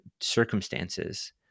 circumstances